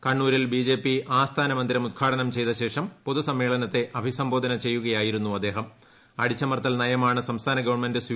കണ്ണൂരിൽ B J P ആസ്ഥാന ഉദ്ഘാടനം ചെയ്തശേഷം മന്ദിരം പൊതുസമ്മേളനത്തെ അഭിസംബോധന ചെയ്യുകയായിരുന്നു അടിച്ചമർത്തൽ നയമാണ് സംസ്ഥാന ഗവൺമെന്റ് അദ്ദേഹം